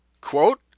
quote